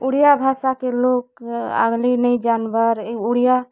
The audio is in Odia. ଓଡ଼ିଆ ଭାଷାକେ ଲୋକ୍ ନାଇ ଜାନ୍ବାର୍ ଇ ଓଡ଼ିଆ